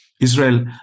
Israel